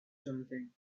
something